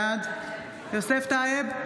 בעד יוסף טייב,